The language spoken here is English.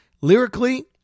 lyrically